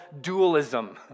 dualism